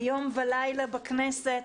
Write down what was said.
יום ולילה בכנסת.